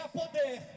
power